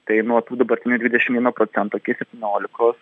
tai nuo tų dabartinių dvidešim vieno procento iki septyniolikos